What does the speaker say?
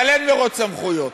אבל אין מרוץ סמכויות,